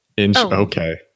Okay